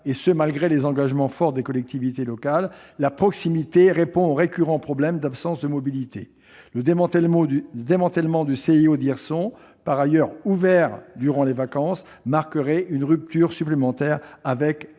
et ce malgré les engagements forts des collectivités locales, la proximité répond au récurrent problème d'absence de mobilité. Le démantèlement du CIO d'Hirson, par ailleurs ouvert durant les vacances, marquerait une rupture supplémentaire avec l'égalité